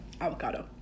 avocado